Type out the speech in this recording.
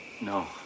no